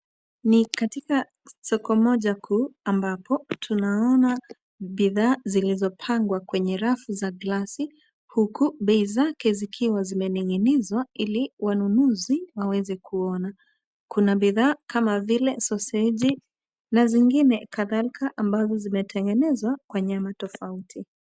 Ni katika soko moja kuu ambapo tunaona bidhaa zimiepangwa kwenye rafu za glasi huku bei zake zikiwa zimening'inizwa ili wanunuzi waweze kuona. Kuna bidhaa kama vile soseji na zingine kadhalika ambazo zimetengenezwa kwa nyama tofauti.